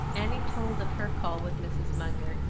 annie told of her call with mrs. munger,